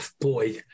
boy